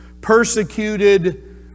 persecuted